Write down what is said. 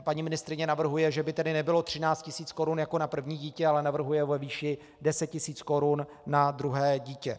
Paní ministryně navrhuje, že by tedy nebylo 13 tisíc korun jako na první dítě, ale navrhuje ho ve výši 10 tisíc korun na druhé dítě.